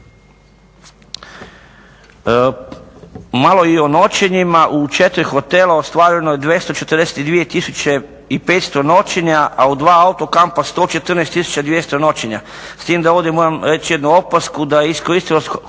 Malo i o noćenjima. U četiri hotela ostvareno je 242 tisuće i 500 noćenja, a u dva auto kampa 114 tisuća 200 noćenja, s tim da ovdje moram reći jednu opasku da je iskoristivost